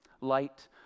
Light